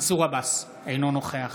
מנסור עבאס, אינו נוכח